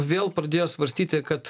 vėl pradėjo svarstyti kad